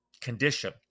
condition